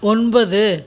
ஒன்பது